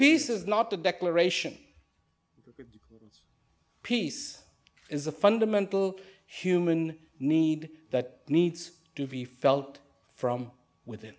peace is not a declaration peace is a fundamental human need that needs to be felt from within